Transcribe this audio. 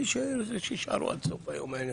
מי שרוצה, שיישאר עד סוף היום.